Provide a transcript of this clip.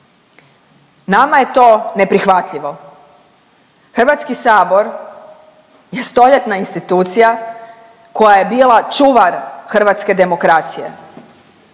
Nama je to neprihvatljivo. Hrvatski sabor je stoljetna institucija koja je bila čuvar hrvatske demokracije.